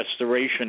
restoration